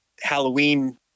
halloween